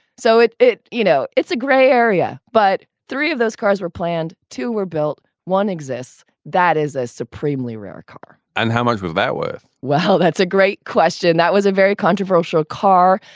so it it you know, it's a grey area, but three of those cars were planned to were built. one exists. that is a supremely rare car. and how much was that worth? well, that's a great question. that was a very controversial car.